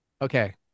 Okay